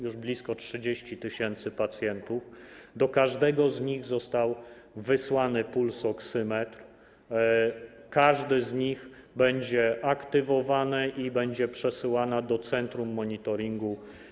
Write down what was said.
Jest blisko 30 tys. pacjentów, do każdego z nich został wysłany pulsoksymetr, każdy z nich będzie aktywowany i informacja będzie przesyłana do centrum monitoringu.